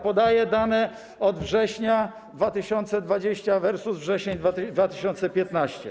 Podaję dane od września 2020 r. versus wrzesień 2015 r.